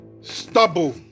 stubble